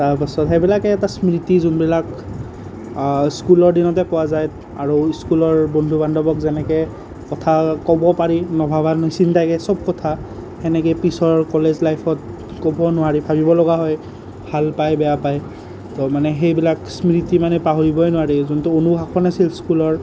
তাৰ পাছত সেইবিলাকে এটা স্মৃতি যোনবিলাক স্কুলৰ দিনতে পোৱা যায় আৰু স্কুলৰ বন্ধু বান্ধৱক যেনেকৈ কথা ক'ব পাৰি নভবা নিচিন্তাকৈ চব কথা সেনেকৈ পিছৰ কলেজ লাইফত ক'ব নোৱাৰি ভাবিব লগা হয় ভাল পায় বেয়া পায় তো মানে সেইবিলাক স্মৃতি মানে পাহৰিবই নোৱাৰি যোনটো অনুশাসন আছিল স্কুলৰ